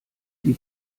die